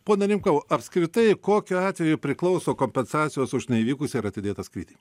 pone rimkau apskritai kokiu atveju priklauso kompensacijos už neįvykusį ar atidėtą skrydį